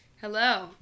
hello